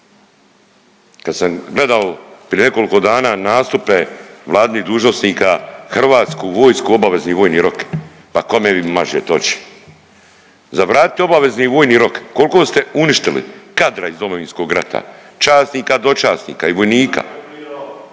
Kad sam gledao prije nekolko dana nastupe vladinih dužnosnika hrvatsku vojsku obavezni vojni rok. Pa kome vi mažete oči? Za vratiti obavezni vojni rok kolko ste uništili kadra iz Domovinskog rata, časnika i dočasnika i vojnika